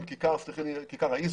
בג"ץ